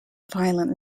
violent